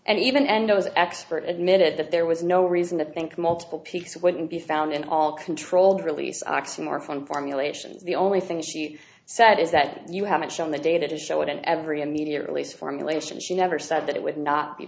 and even endos expert admitted that there was no reason to think multiple pieces wouldn't be found in all controlled release oxymorphone formulations the only thing she said is that you haven't shown the data to show it in every immediate release formulation she never said that it would not be